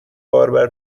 باربر